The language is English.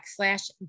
backslash